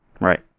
Right